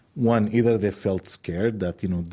one, either they felt scared that, you know,